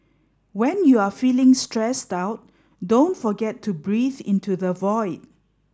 when you are feeling stressed out don't forget to breathe into the void